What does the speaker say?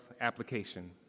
application